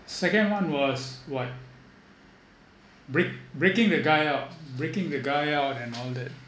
second one was what break breaking the guy out breaking the guy out and all that